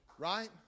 Right